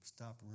Stop